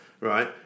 right